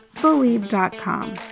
Believe.com